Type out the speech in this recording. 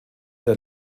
der